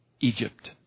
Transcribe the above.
Egypt